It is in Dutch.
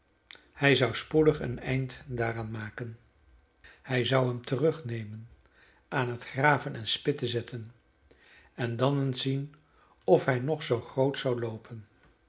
hij zou spoedig een eind daaraan maken hij zou hem terugnemen aan het graven en spitten zetten en dan eens zien of hij nog zoo grootsch zou loopen